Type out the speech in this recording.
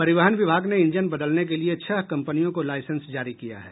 परिवहन विभाग ने इंजन बदलने के लिए छह कंपनियों को लाइसेंस जारी किया है